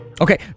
Okay